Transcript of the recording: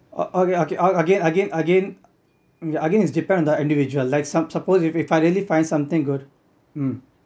uh okay okay again again again again it depends on the individual like some suppose if I really find something good mm